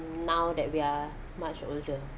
now that we are much older